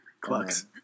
Clucks